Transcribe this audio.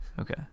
Okay